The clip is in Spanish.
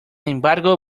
embargo